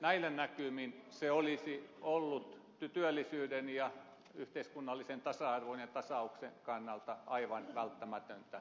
näillä näkymin se olisi ollut työllisyyden ja yhteiskunnallisen tasa arvon ja tasauksen kannalta aivan välttämätöntä